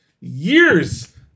years